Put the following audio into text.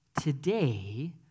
Today